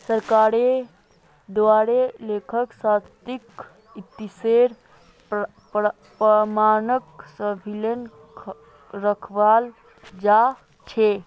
सरकारेर द्वारे लेखा शास्त्रक इतिहासेर प्रमाणक सम्भलई रखाल जा छेक